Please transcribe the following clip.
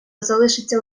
залишиться